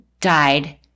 died